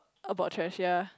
about thrash ya